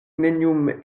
neniun